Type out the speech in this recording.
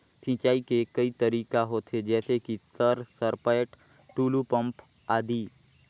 सिंचाई के कई तरीका होथे? जैसे कि सर सरपैट, टुलु पंप, आदि?